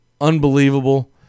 unbelievable